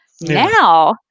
Now